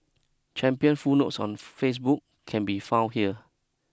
champion full notes on Facebook can be found here